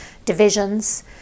divisions